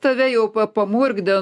tave jau pamurgdė